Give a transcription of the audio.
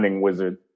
wizard